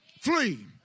flee